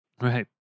Right